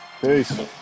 Peace